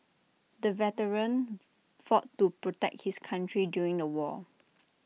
the veteran fought to protect his country during the war